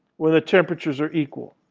where the temperatures are equal.